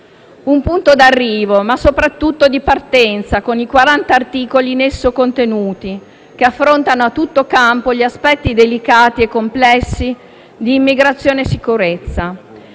un punto d'arrivo, ma soprattutto di un punto di partenza con i 40 articoli in esso contenuti che affrontano a tutto campo gli aspetti delicati e complessi di immigrazione e sicurezza.